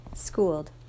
Schooled